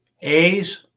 A's